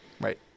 right